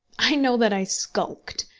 i know that i skulked,